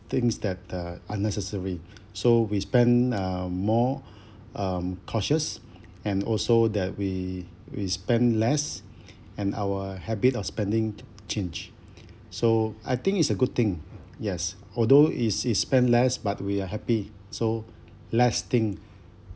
things that uh unnecessary so we spend uh more um cautious and also that we we spend less and our habit of spending change so I think it's a good thing yes although is is spend less but we are happy so less thing